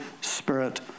Spirit